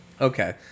Okay